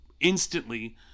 instantly